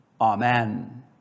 Amen